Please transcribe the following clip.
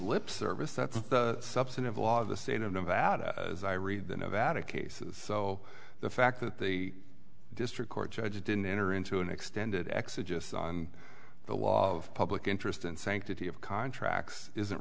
lip service that's the substantive law of the state of nevada as i read the nevada cases so the fact that the district court judge didn't enter into an extended exodus on the law of public interest and sanctity of contracts isn't